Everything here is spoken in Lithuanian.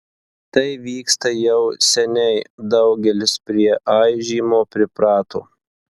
tai vyksta jau seniai daugelis prie aižymo priprato